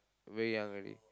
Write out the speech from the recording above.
very young very